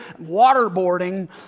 waterboarding